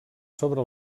sobre